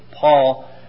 Paul